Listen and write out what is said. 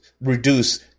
reduce